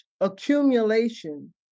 Accumulation